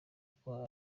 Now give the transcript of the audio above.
koko